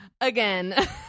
Again